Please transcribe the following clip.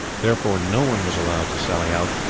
therefore no one was allowed to sally out,